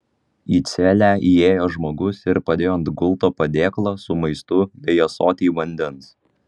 į celę įėjo žmogus ir padėjo ant gulto padėklą su maistu bei ąsotį vandens